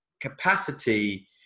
capacity